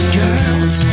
girls